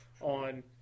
on